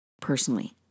Personally